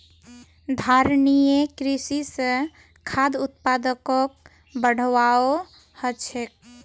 धारणिये कृषि स खाद्य उत्पादकक बढ़ववाओ ह छेक